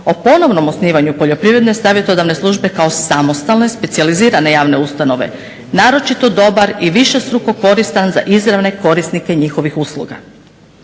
o ponovnom osnivanju Poljoprivredne savjetodavne službe kao samostalne specijalizirane javne ustanove naročito dobar i višestruko koristan za izravne korisnike njihovih usluga.